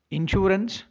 Insurance